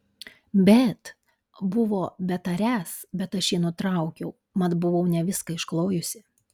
bet buvo betariąs bet aš jį nutraukiau mat buvau ne viską išklojusi